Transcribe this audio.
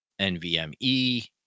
NVMe